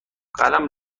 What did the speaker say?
قلم